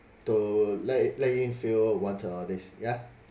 to let it let him feel want uh all these yeah